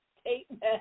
statement